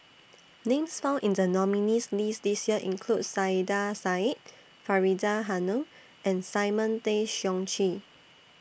Names found in The nominees' list This Year include Saiedah Said Faridah Hanum and Simon Tay Seong Chee